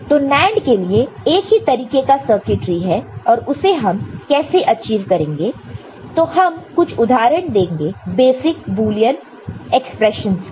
तो NAND के लिए एक ही तरीके का सर्किटरी है और उसे हम कैसे अचीव करेंगे तो हम कुछ उदाहरण देंगे बेसिक बुलियन ऑपरेशन के